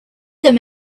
them